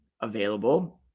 available